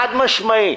חד משמעי.